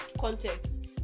context